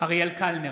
אריאל קלנר,